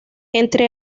entre